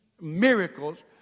miracles